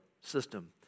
system